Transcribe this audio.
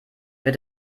wird